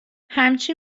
همچی